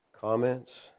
Comments